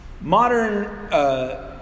Modern